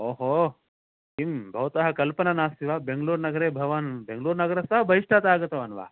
ओ हो किम् भवतः कल्पना नास्ति वा बेङ्गलुर नगरे भवान् बेङ्गलुरनगरस्य बहिष्टात् आगत्वान् वा